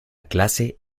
clase